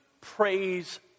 praise